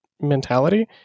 mentality